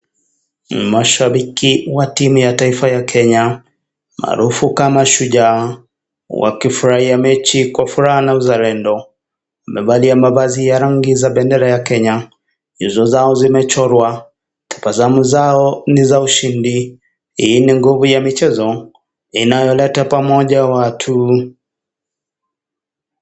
Mashabiki wa timu ya taifa ya Kenya, maarufu kama shujaa, wakifuraia mechi kwa furaha na uzalendo na baadhi ya mavazi ya rangi ya bendera ya Kenya. Nyuzo zao zimechorwa, tabasamu zao ni za ushindi hii ni nguvu ya michezo, inayoleta pamoja watu.